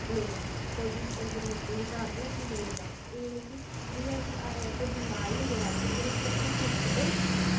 मिसै कोई बा जरूरती दे हिसाब दी ओह् चीज़ मिलै एह् नी कि जियां कि बिमार गै होईया राती असैं उसी हस्पिटल